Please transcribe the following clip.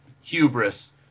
hubris